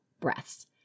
breaths